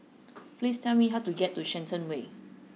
please tell me how to get to Shenton Way